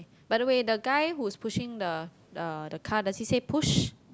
by the way the guy who's pushing the the the car does he say push